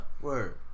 Word